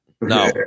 No